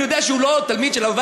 אני יודע שהוא לא היה תלמיד של הרב